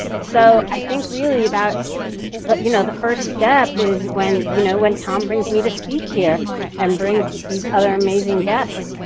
so i think really that, you know, the first step is when you know when tom brings me to speak here and brings these other amazing guests.